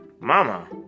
Mama